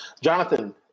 Jonathan